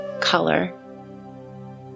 color